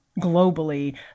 Globally